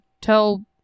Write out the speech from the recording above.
tell